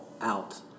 out